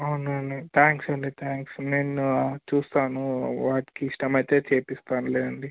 అవునండి థ్యాంక్స్ అండి థ్యాంక్స్ నేను చూస్తాను వాడికి ఇష్టం అయితే చేయిస్తానులేండి